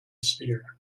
sphere